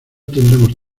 tendremos